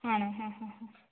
ആണോ ആ ആ ആ